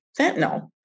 fentanyl